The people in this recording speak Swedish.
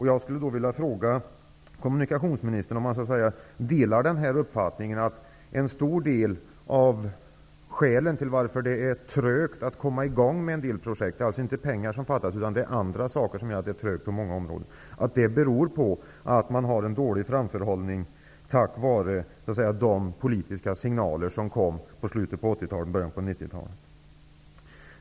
Jag vill fråga kommunikationsministern om han delar den uppfattningen. Skälen till att det går trögt att komma i gång med projekt är till stor del inte att det är pengar som fattas, utan det är andra saker som gör att det går trögt på många områden. Det beror på att man har en dålig framförhållning på grund av de politiska signaler som kom under slutet av 80-talet och början på 90-talet.